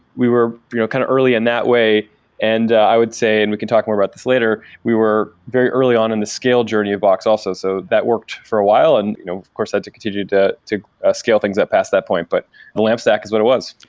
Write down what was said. we were you know kind of early in that way and i would say and we can talk more about this later. we were very early on in the scale journey of box also. so that worked for a while and of you know course that continued to to ah scale things up past that point, but the lamp stack is what it was.